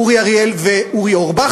אורי אריאל ואורי אורבך.